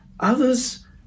Others